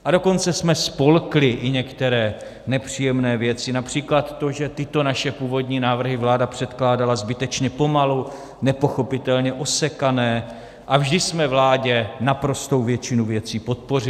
A dokonce jsme spolkli i některé nepříjemné věci, například to, že tyto naše původní návrhy vláda předkládala zbytečně pomalu, nepochopitelně osekané, a vždy jsme vládě naprostou většinu věcí podpořili.